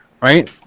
right